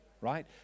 right